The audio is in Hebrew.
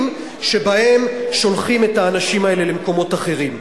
שבהם שולחים את האנשים האלה למקומות אחרים.